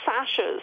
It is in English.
sashes